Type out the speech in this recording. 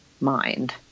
mind